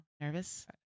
nervous